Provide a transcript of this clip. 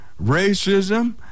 racism